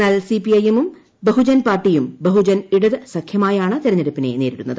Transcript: എന്നാൽ CPI M ഉം ബഫൂജ്ൻ പാർട്ടിയും ബഹുജൻ ഇടത് സഖ്യമായാണ് തെരുണ്ണ്ടുപ്പിനെ നേരിടുന്നത്